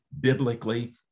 biblically